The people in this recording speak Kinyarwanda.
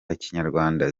kinyarwanda